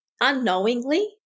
unknowingly